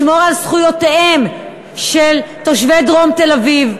לשמור על זכויותיהם של תושבי דרום תל-אביב,